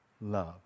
love